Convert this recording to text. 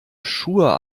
schuhe